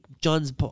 John's